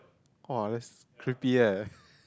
!wah! that's creepy eh